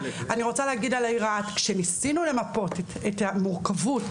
כשניסינו למפות את המורכבות,